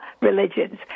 religions